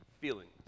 feelings